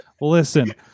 Listen